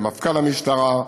למפכ"ל המשטרה,